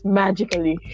magically